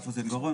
אף אוזן גרון,